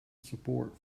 support